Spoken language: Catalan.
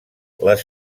les